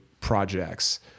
projects